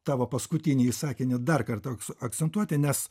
tavo paskutinįjį sakinį dar kartą akcentuoti nes